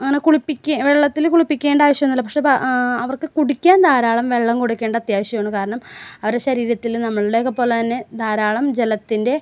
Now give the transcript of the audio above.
അങ്ങനെ കുളിപ്പിക്കുക വെള്ളത്തില് കുളിപ്പിക്കേണ്ടാവശ്യമൊന്നുമില്ല പക്ഷേ അവർക്ക് കുടിക്കാൻ ധാരാളം വെള്ളം കൊടുക്കേണ്ടത് അത്യാവശ്യമാണ് കാരണം അവരുടെ ശരീരത്തില് നമ്മളുടെ ഒക്കെ പോലെ തന്നെ ധാരാളം ജലത്തിൻ്റെ